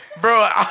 bro